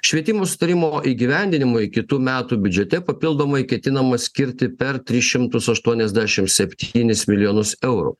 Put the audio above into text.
švietimo sutarimo įgyvendinimui kitų metų biudžete papildomai ketinama skirti per tris šimtus aštuoniasdešim septynis milijonus eurų